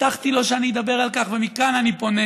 הבטחתי לו שאני אדבר על כך, ומכאן אני פונה